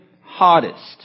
hardest